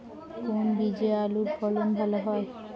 কোন বীজে আলুর ফলন ভালো হয়?